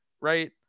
right